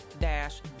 dash